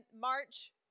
March